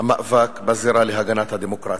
המאבק בזירה להגנת הדמוקרטיה.